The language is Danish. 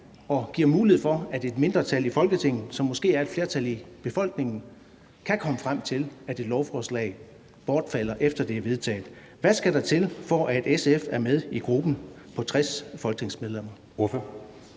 og giver mulighed for, at et mindretal i Folketinget, som måske er et flertal i befolkningen, kan komme frem til, at et lovforslag bortfalder, efter det er vedtaget. Hvad skal der til, for at SF er med i gruppen på 60 folketingsmedlemmer?